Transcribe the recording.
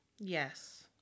Yes